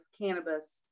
cannabis